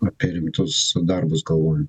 apie rimtus darbus galvojant